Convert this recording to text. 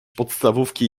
podstawówki